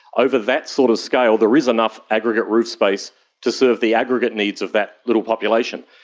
over that sort of scale there is enough aggregate roof space to serve the aggregate needs of that little population.